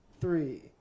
three